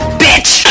bitch